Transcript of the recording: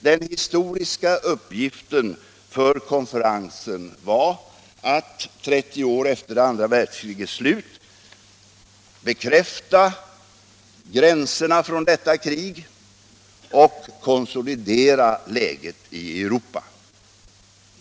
Den historiska uppgiften för konferensen var att, 30 år efter det andra världskrigets slut, bekräfta gränserna från detta krig och konsolidera läget i Europa.